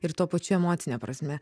ir tuo pačiu emocine prasme